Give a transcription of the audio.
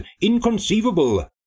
inconceivable